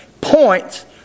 points